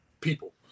people